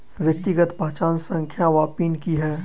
व्यक्तिगत पहचान संख्या वा पिन की है?